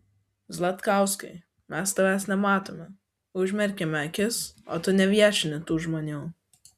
zlatkauskai mes tavęs nematome užmerkiame akis o tu neviešini tų žmonių